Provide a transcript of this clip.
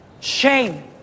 Shame